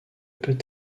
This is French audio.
peut